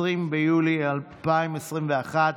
20 ביולי 2021,